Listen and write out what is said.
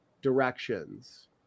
directions